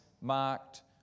marked